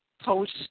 post